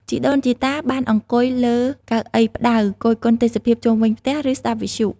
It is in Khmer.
ជីដូនជីតាបានអង្គុយលើកៅអីផ្តៅ គយគន់ទេសភាពជុំវិញផ្ទះ ឬស្តាប់វិទ្យុ។